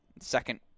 second